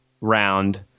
round